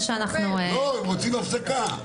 רוצים הפסקה.